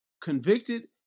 convicted